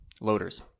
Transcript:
loaders